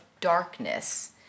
darkness